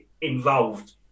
involved